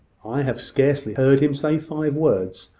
i have scarcely heard him say five words.